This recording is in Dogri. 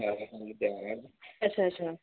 अच्छा अच्छा